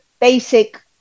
basic